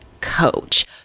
coach